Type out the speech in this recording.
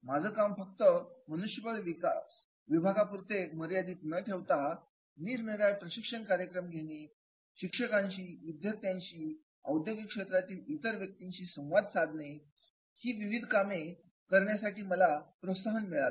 माझं काम फक्त मनुष्यबळ विकास विभागापुरते मर्यादित न ठेवता निरनिराळे प्रशिक्षण कार्यक्रम घेणे शिक्षकांशी विद्यार्थ्यांशी औद्योगिक क्षेत्रातल्या इतर व्यक्तींशी संवाद साधणे ही विविध कामे करण्यासाठी मला प्रोत्साहन मिळालं